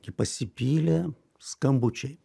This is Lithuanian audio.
ir pasipylė skambučiai